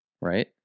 right